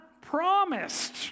promised